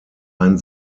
ein